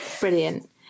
Brilliant